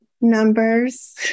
numbers